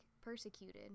persecuted